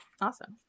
Awesome